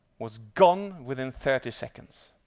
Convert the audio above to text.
was gone within thirty seconds.